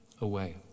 away